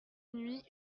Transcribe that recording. nuit